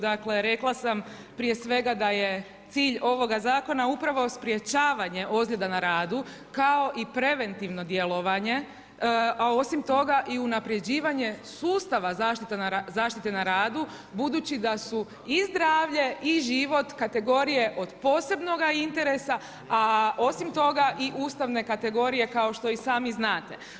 Dakle, rekla sam prije svega da je cilj ovoga Zakona upravo sprečavanje ozljeda na radu kao i preventivno djelovanje, a osim toga i unapređivanje sustava zaštite na radu, budući da su i zdravlje i život kategorije od posebnoga interesa, a osim toga i ustavne kategorije kao što i sami znate.